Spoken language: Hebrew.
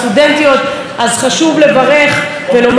אז חשוב לברך ולומר להם בהצלחה.